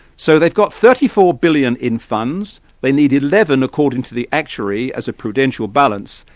so they've got thirty four billion in funds, they need eleven, according to the actuary as a prudential balance.